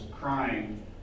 crying